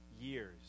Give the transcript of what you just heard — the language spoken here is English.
years